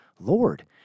Lord